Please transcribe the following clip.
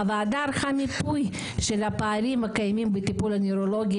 הוועדה ערכה מיפוי של הפערים הקיימים בטיפול הנוירולוגי